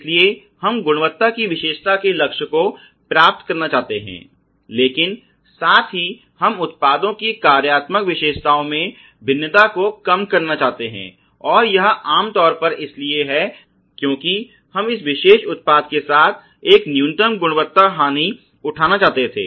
इसलिए हम गुणवत्ता की विशेषता के लक्ष्य को प्राप्त करना चाहते हैं लेकिन साथ ही हम उत्पादों की कार्यात्मक विशेषताओं में भिन्नता को कम करना चाहते हैं और यह आमतौर पर इसलिए है क्योंकि हम इस विशेष उत्पाद के साथ एक न्यूनतम गुणवत्ता हानि उठाना चाहते थे